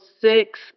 six